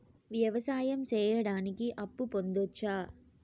వ్యవసాయం సేయడానికి అప్పు పొందొచ్చా?